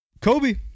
Kobe